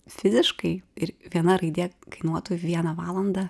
fiziškai ir viena raidė kainuotų vieną valandą